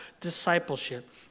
discipleship